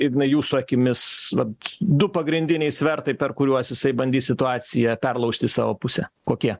ignai jūsų akimis vat du pagrindiniai svertai per kuriuos jisai bandys situaciją perlaužt į savo pusę kokie